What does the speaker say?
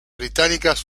británicas